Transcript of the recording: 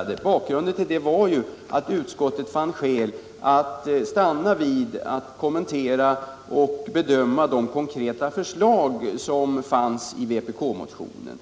diskussion. Bakgrunden till det var ju att utskottet fann skäl att stanna vid att kommentera och bedöma de konkreta förslag som fanns i vpk-motionen.